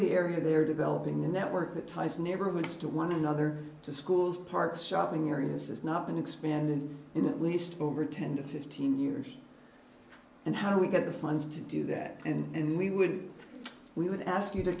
the area they're developing a network that ties neighborhoods to one another to schools parks shopping areas has not been expanded in at least over ten to fifteen years and how do we get the funds to do that and we would we would ask you to